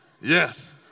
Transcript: Yes